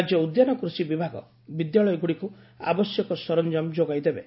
ରାକ୍ୟ ଉଦ୍ୟାନ କୃଷି ବିଭାଗ ବିଦ୍ୟାଳୟଗୁଡ଼ିକୁ ଆବଶ୍ୟକ ସରଞାମ ଯୋଗାଇ ଦେବେ